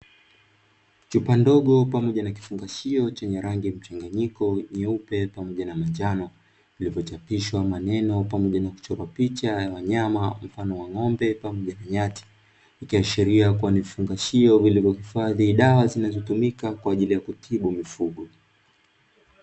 Chupa ndogo pamoja na kifungashio, chenye rangi mchanganyiko nyeupe pamoja na manjano, vilivyochapishwa maneno pamoja na kuchorwa picha ya wanyama mfano wa ng’ombe pamoja na nyati. Ikiashiria kuwa ni vifungashio vilivyohifadhi dawa zinazotumika kwa ajili ya kutibu mifugo.